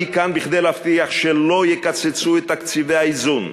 אני כאן כדי להבטיח שלא יקצצו את תקציבי האיזון.